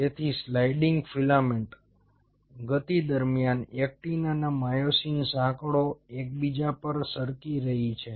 તેથી sliding filament ગતિ દરમિયાન એક્ટિન અને માયોસિન સાંકળો એકબીજા પર સરકી રહી છે